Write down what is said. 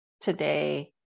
today